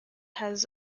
has